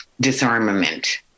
disarmament